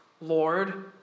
Lord